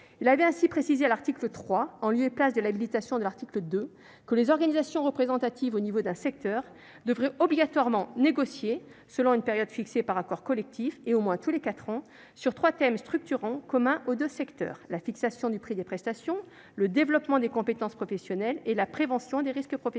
Il avait ainsi précisé à l'article 3, en lieu et place de l'habilitation de l'article 2, que les organisations représentatives au niveau d'un secteur devraient obligatoirement négocier, selon une périodicité fixée par accord collectif et au moins tous les quatre ans, sur trois thèmes structurants communs aux deux secteurs : la fixation du prix des prestations, le développement des compétences professionnelles et la prévention des risques professionnels.